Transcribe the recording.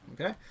okay